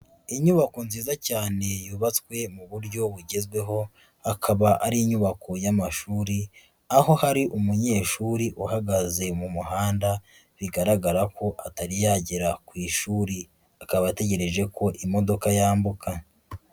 Inyubako nziza cyane yubatswe mu buryo bugezweho, akaba ari inyubako y'amashuri, aho hari umunyeshuri uhagaze mu muhanda, bigaragara ko atari yagera ku ishuri, akaba ategereje ko imodoka yambuka.